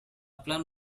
plan